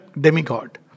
demigod